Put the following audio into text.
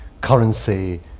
currency